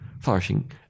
flourishing